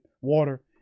water